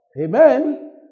Amen